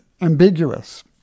ambiguous